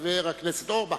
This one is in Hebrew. חבר הכנסת אורבך.